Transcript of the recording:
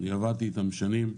וגם עבדתי איתם שנים.